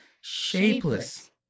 Shapeless